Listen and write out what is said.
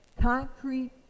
concrete